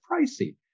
pricey